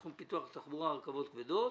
שזה תחום פיתוח תחבורה (רכבות כבדות),